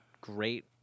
great